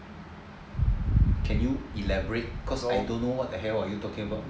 can you elaborate cause I don't know what the hell are you talking about